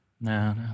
No